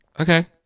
Okay